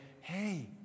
hey